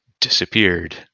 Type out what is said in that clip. disappeared